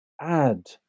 add